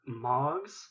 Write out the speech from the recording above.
mogs